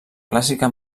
clàssica